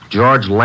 George